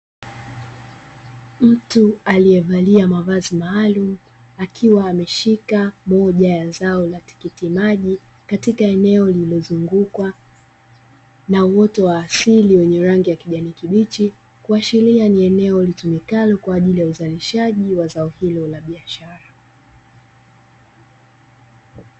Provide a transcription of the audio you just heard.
Mtu aliyevalia mavazi maalumu, akiwa ameshika Moja ya zao la tikiti maji katika eneo lililozungukwa na uoto wa asili wenye rangi ya kijani kibichi, kuashiria ni eneo litumikalo kwa ajili ya uzalishaji wa zao hilo la biashara.